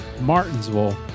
Martinsville